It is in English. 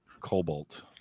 cobalt